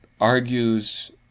argues